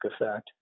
effect